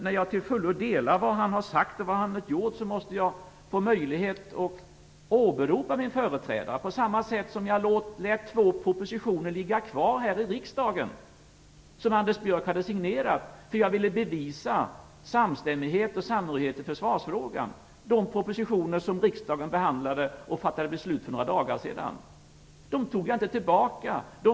När jag till fullo delar vad han sagt och gjort måste jag få möjlighet att åberopa min företrädare. Jag lät två propositioner ligga kvar här i riksdagen fast det var Anders Björck som hade signerat dem. Jag ville bevisa samstämmighet och samhörighet i försvarsfrågan. Det var de propositioner riksdagen behandlade och fattade beslut om för några dagar sedan. Jag tog inte tillbaka dem.